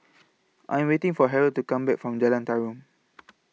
I Am waiting For Harrold to Come Back from Jalan Tarum